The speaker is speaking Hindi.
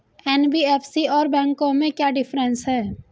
एन.बी.एफ.सी और बैंकों में क्या डिफरेंस है?